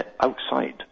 outside